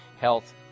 health